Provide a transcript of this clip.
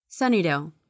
Sunnydale